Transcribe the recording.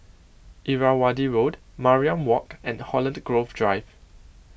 Irrawaddy Road Mariam Walk and Holland Grove Drive